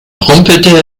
rumpelte